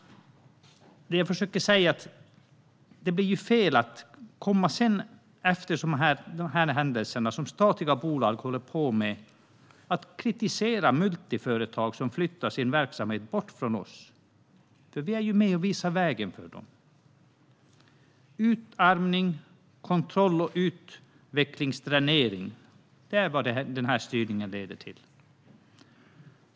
Det jag försöker säga är att det blir fel att efter det som statliga bolag håller på med kritisera multiföretag som flyttar sin verksamhet bort från oss. Vi är ju med och visar vägen för dem. Utarmning och kontroll och utvecklingsdränering är vad denna styrning leder till.